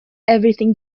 everything